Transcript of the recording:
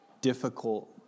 difficult